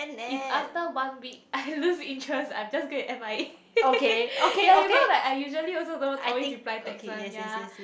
if after one week I lose interest I'm just gonna M_I_A ya you know like I usually also don't always reply text one ya